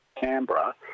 Canberra